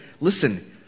Listen